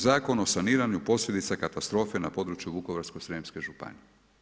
Zakon o saniranju posljedica katastrofe na području Vukovarske srijemske županije.